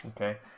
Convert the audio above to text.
Okay